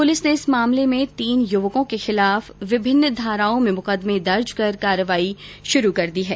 police ने इस मामले में तीन युवकों के खिलाफ विभिन्न धाराओं में मुकदमें दर्ज कर कार्रवाई शुरू कर दी है